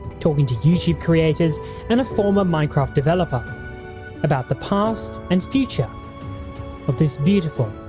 taking to youtube creators and a former minecraft developer about the past and future of this beautiful,